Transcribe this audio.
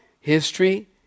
history